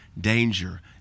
danger